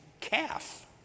calf